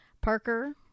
Parker